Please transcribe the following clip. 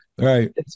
Right